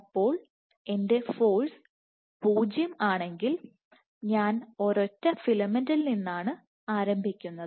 അപ്പോൾ എന്റെ ഫോഴ്സ് 0 ആണെങ്കിൽ ഞാൻ ഒരൊറ്റ ഫിലമെന്റിൽ നിന്നാണ് ആരംഭിക്കുന്നത്